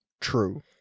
true